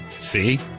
See